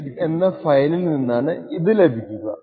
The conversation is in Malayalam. ഷെയർഡ് shared cpu list എന്ന ഫയലിൽ നിന്നാണ് ഇത് ലഭിക്കുക